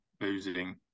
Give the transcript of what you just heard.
losing